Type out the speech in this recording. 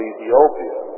Ethiopia